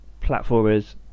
platformers